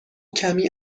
کمی